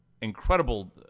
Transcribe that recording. incredible